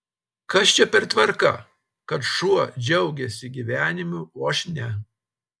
kas čia per tvarka kad šuo džiaugiasi gyvenimu o aš ne